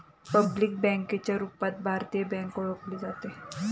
public बँकेच्या रूपात भारतीय बँक ओळखली जाते